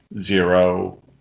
zero